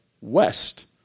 west